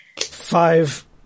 five